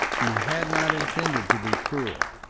he had not intended to be cruel.